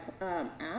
app